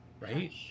right